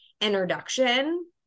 introduction